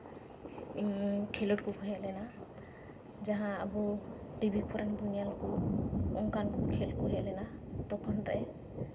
ᱠᱷᱮᱞᱳᱰ ᱠᱚᱠᱚ ᱦᱮᱡ ᱞᱮᱱᱟ ᱡᱟᱦᱟᱸ ᱟᱵᱚ ᱴᱤᱵᱷᱤ ᱠᱚᱨᱮ ᱵᱚᱱ ᱧᱮᱞ ᱠᱚ ᱚᱱᱠᱟᱱ ᱠᱚ ᱠᱷᱮᱞ ᱠᱚ ᱦᱮᱡ ᱞᱮᱱᱟ ᱛᱚᱠᱷᱚᱱ ᱨᱮ